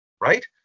right